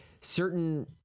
certain